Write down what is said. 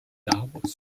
d’arbres